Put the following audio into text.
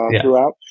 throughout